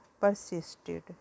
persisted